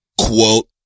Quote